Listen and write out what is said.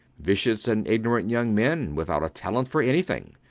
vicious and ignorant young men without a talent for anything.